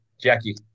Jackie